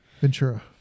Ventura